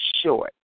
short